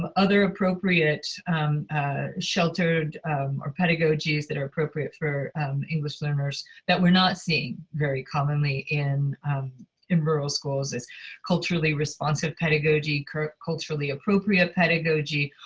um other appropriate sheltered or pedagogies that are appropriate for english learners that we are not seeing very commonly in in rural schools is culturally-responsive pedagogy, culturally-appropriate pedagogy,